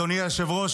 אדוני היושב-ראש,